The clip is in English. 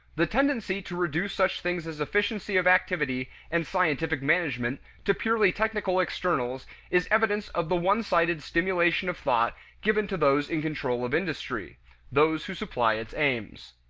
the tendency to reduce such things as efficiency of activity and scientific management to purely technical externals is evidence of the one-sided stimulation of thought given to those in control of industry those who supply its aims.